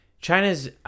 china's